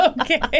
Okay